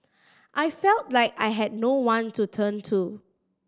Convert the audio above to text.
I felt like I had no one to turn to